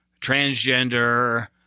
transgender